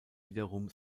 wiederum